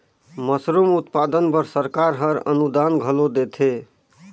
mushroom उत्पादन बर सरकार हर अनुदान घलो देथे